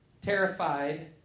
terrified